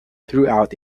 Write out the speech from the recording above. throughout